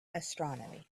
astronomy